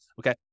okay